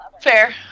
Fair